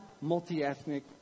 multi-ethnic